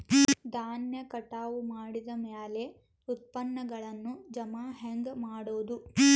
ಧಾನ್ಯ ಕಟಾವು ಮಾಡಿದ ಮ್ಯಾಲೆ ಉತ್ಪನ್ನಗಳನ್ನು ಜಮಾ ಹೆಂಗ ಮಾಡೋದು?